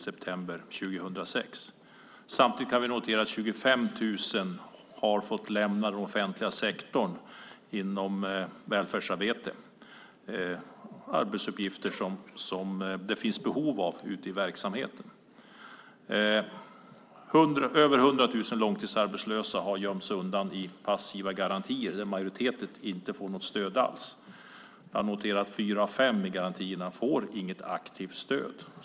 Samtidigt kan vi notera att 25 000 personer i välfärdsarbete har fått lämna den offentliga sektorn - arbetsuppgifter som det finns ett behov av ute i verksamheten. Över 100 000 långtidsarbetslösa har gömts undan i passiva garantier. Majoriteten av dem får inget stöd alls. Jag noterar också att fyra av fem i garantierna inte får något aktivt stöd.